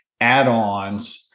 add-ons